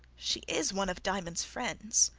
she is one of diamond's friends,